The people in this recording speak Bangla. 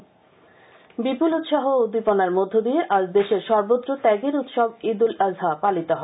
ঈদ বিপুল উৎসাহ ও উদ্দীপনার মধ্য দিয়ে আজ দেশের সর্বত্র ত্যাগের উৎসব ঈদ উল আজহা পালিত হয়